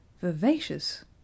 Vivacious